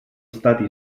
stati